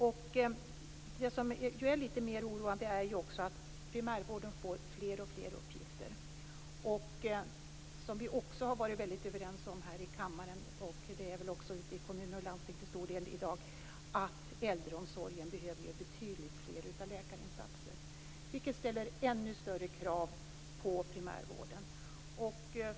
Det som är mer oroande är att primärvården får fler och fler uppgifter. Vi har varit överens här i kammaren, liksom i kommuner och landsting, om att äldrevården behöver betydligt fler läkarinsatser. Det ställer ännu större krav på primärvården.